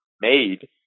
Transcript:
made